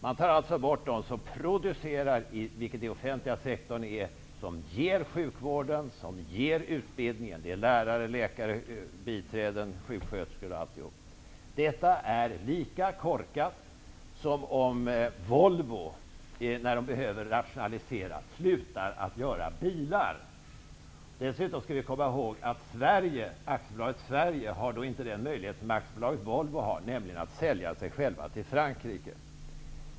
Man tar alltså bort dem som producerar. I den offentliga sektorn är det fråga om dem som ger sjukvården och ger utbildningen, dvs. lärare, läkare, biträden, sjuksköterskor osv. Detta är lika korkat som om Volvo vid en rationalisering skulle sluta producera bilar. Vi skall komma ihåg att AB Sverige inte har den möjlighet som AB Volvo har, nämligen att sälja sig självt till Frankrike.